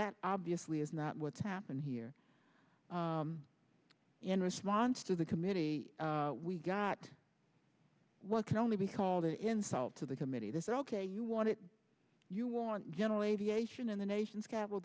that obviously is not what's happened here in response to the committee we got what can only be called an insult to the committee this is ok you want it you want general aviation in the nation's capital